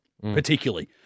particularly